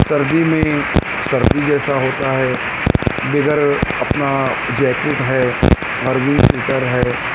سردی میں سردی جیسا ہوتا ہے بغیر اپنا جیکٹ ہے اور ونڈ چیٹر ہے